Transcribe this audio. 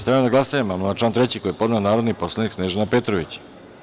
Stavljam na glasanje amandman na član 3. koji je podnela narodni poslanik Snežana Petrović.